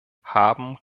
haben